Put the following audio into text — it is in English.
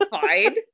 Fine